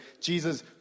Jesus